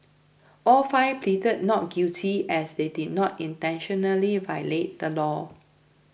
all five pleaded not guilty as they did not intentionally violate the law